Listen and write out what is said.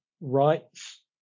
rights